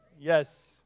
Yes